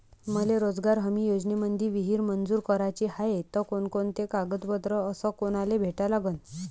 मले रोजगार हमी योजनेमंदी विहीर मंजूर कराची हाये त कोनकोनते कागदपत्र अस कोनाले भेटा लागन?